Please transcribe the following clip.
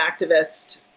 activist